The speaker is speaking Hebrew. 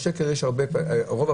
ולשקר יש הרבה פנים.